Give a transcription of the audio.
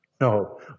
No